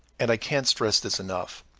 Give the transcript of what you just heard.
and i can't stress this enough,